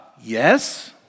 Yes